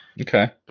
Okay